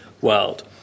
world